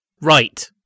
Right